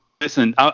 Listen